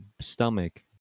stomach